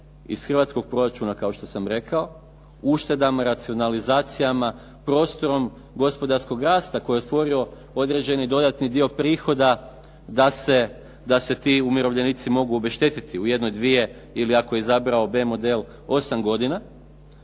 iz hrvatskog proračuna kao što sam rekao, uštedama, racionalizacijama, prostorom gospodarskog rasta koji je stvorio određeni dodatni dio prihoda da se ti umirovljenici mogu obeštetiti u jednoj, dvije ili ako je izabrao B model 8 godina.